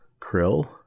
Krill